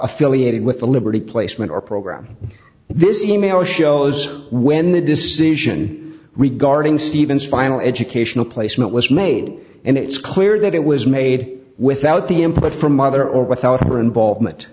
affiliated with the liberty placement or program this e mail shows when the decision regarding steven's final educational placement was made and it's clear that it was made without the input from mother or without her involvement